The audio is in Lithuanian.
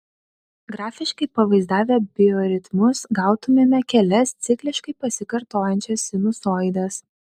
grafiškai pavaizdavę bioritmus gautumėme kelias cikliškai pasikartojančias sinusoides